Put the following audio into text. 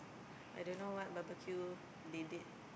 I don't know what barbeque they did